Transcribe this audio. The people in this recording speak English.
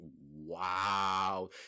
Wow